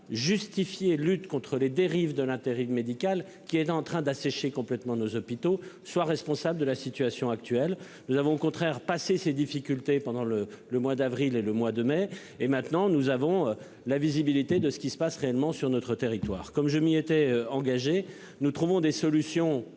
la justifier, lutte contre les dérives de l'intérim médical qui était en train d'assécher complètement nos hôpitaux soit responsable de la situation actuelle, nous avons au contraire passer ces difficultés pendant le, le mois d'avril et le mois de mai et maintenant nous avons la visibilité de ce qui se passe réellement sur notre territoire comme je m'y étais engagé, nous trouvons des solutions